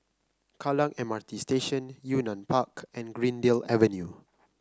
Kallang M R T Station Yunnan Park and Greendale Avenue